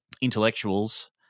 intellectuals